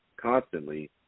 constantly